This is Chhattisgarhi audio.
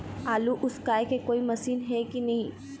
आलू उसकाय के कोई मशीन हे कि नी?